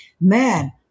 man